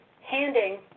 handing